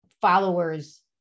followers